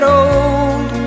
old